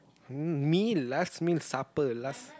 hm meal last meal supper last